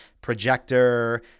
projector